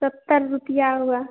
सत्तर रुपये हुआ